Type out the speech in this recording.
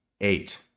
eight